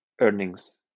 earnings